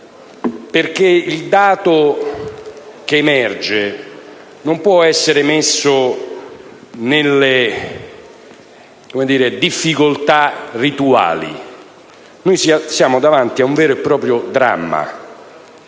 perché il dato che emerge non può essere iscritto nelle difficoltà rituali: siamo di fronte ad un vero e proprio dramma,